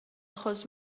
achos